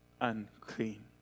unclean